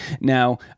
Now